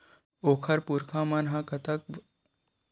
ओखर पुरखा मन ह कतका बचत करके ओतका कन जमीन ल सकेल के रखे रिहिस हवय